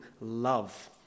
love